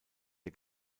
der